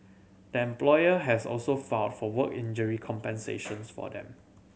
the employer has also filed for work injury compensations for them